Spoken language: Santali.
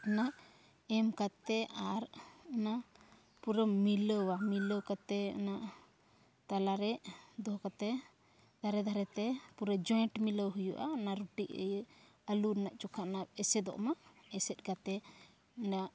ᱚᱱᱟ ᱮᱢ ᱠᱟᱛᱮᱫ ᱟᱨ ᱚᱱᱟ ᱯᱩᱨᱟᱹᱢ ᱢᱤᱞᱟᱹᱣᱟ ᱢᱤᱞᱟᱹᱣ ᱠᱟᱛᱮᱫ ᱚᱱᱟ ᱛᱟᱞᱟ ᱨᱮ ᱫᱚᱦᱚ ᱠᱟᱛᱮᱫ ᱫᱷᱟᱨᱮ ᱫᱷᱟᱨᱮᱛᱮ ᱯᱩᱨᱟᱹᱣ ᱡᱚᱭᱮᱱᱴ ᱢᱤᱞᱟᱹᱣ ᱦᱩᱭᱩᱜᱼᱟ ᱚᱱᱟ ᱨᱩᱴᱤ ᱤᱭᱟᱹ ᱟᱹᱞᱩ ᱨᱮᱟᱱᱟᱜ ᱪᱚᱠᱷᱟ ᱮᱥᱮᱫᱚᱜᱢᱟ ᱮᱥᱮᱫ ᱠᱟᱛᱮᱫ ᱚᱱᱟ